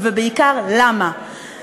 (קוראת בשמות חברי הכנסת)